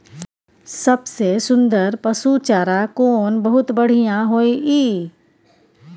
सबसे सुन्दर पसु चारा कोन बहुत बढियां होय इ?